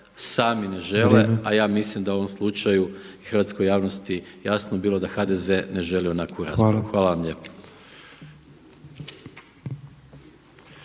sami ne žele a ja mislim da u ovom slučaju je hrvatskoj javnosti jasno bilo da HDZ ne želi onakvu raspravu. Hvala vam lijepo.